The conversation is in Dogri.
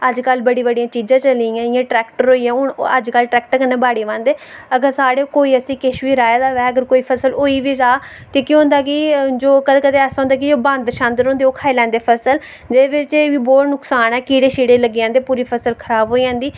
अज्ज कल बड़ियां बड़ियां चीजां चली दियां जियां ट्रैक्टर अज्ज कल ट्रैक्टरैं कन्नै बाड़ी बांह्दे अगर साढ़े कुश रहाए दा होऐ साढ़े कुश होई बी जाए ते कदैं कदैं सा होंदा कि बांदर होंदे ओह् खाई लैंदे फसल कीड़े शीड़े लग्गी जंदे सारा फसल खराब होई जंदी